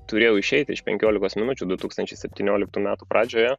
turėjau išeiti iš penkiolikos minučių du tūkstančiai septynioliktų metų pradžioje